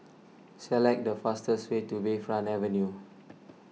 select the fastest way to Bayfront Avenue